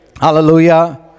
Hallelujah